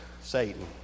Satan